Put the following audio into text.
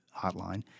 hotline